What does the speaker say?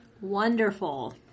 Wonderful